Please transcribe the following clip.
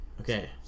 Okay